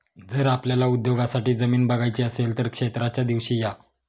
जर आपल्याला उद्योगासाठी जमीन बघायची असेल तर क्षेत्राच्या दिवशी या